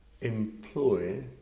employ